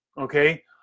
okay